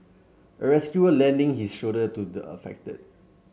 a rescuer lending his shoulder to the affected